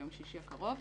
ביום שישי הקרוב,